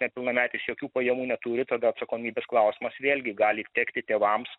nepilnametis jokių pajamų neturi tada atsakomybės klausimas vėlgi gali tekti tėvams